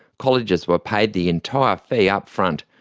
colleges were paid the entire fee up-front,